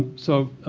so